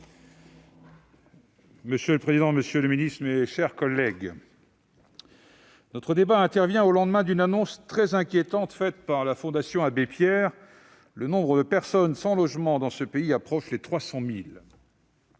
Monsieur le président, monsieur le ministre, mes chers collègues, notre débat intervient au lendemain d'une annonce très inquiétante faite par la Fondation Abbé Pierre : le nombre de personnes sans logement dans ce pays approche les 300 000.